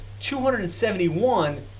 271